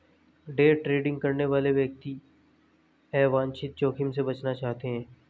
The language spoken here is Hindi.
डे ट्रेडिंग करने वाले व्यक्ति अवांछित जोखिम से बचना चाहते हैं